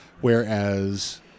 Whereas